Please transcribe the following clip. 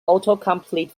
autocomplete